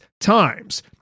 times